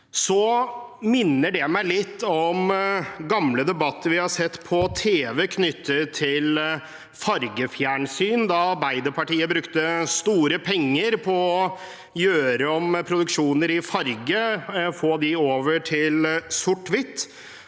minner det meg litt om gamle debat ter vi har sett på tv knyttet til fargefjernsyn, da Arbeiderpartiet brukte store penger på å gjøre om produksjoner i farger og få dem over til sort-hvitt.